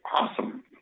awesome